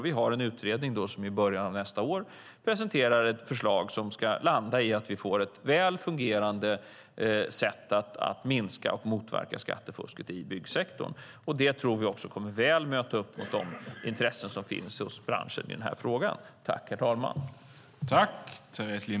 Vi har en utredning som i början av nästa år presenterar ett förslag som ska landa i att vi får ett väl fungerande sätt att minska och motverka skattefusket i byggsektorn. Det tror vi kommer att väl möta upp de intressen som finns hos branschen i den här frågan.